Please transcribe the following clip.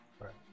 Right